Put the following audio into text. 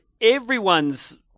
everyone's